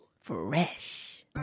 Fresh